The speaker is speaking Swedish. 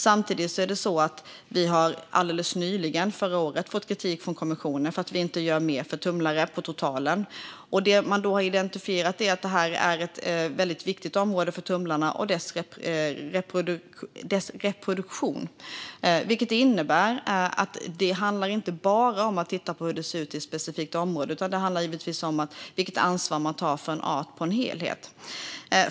Samtidigt är det så att vi alldeles nyligen, förra året, har fått kritik från kommissionen för att vi inte gör mer för tumlare på totalen. Det man då har identifierat är att detta är ett väldigt viktigt område för tumlarna och deras reproduktion. Det innebär att det inte bara handlar om att titta på hur det ser ut i ett specifikt område utan att det också givetvis handlar om vilket ansvar man tar för en art i helhet.